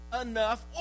enough